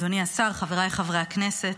אדוני השר, חבריי חברי הכנסת,